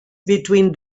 between